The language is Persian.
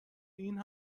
این